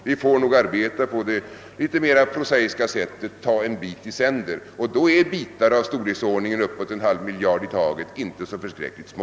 Vi får nog arbeta på det litet mer prosaiska sättet att ta en bit i sänder, och då är bitar av storleksordningen en halv miljard i taget inte så förskräckligt små.